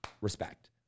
respect